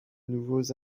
nouveaux